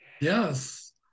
Yes